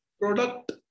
product